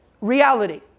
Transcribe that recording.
reality